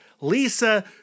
Lisa